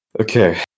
Okay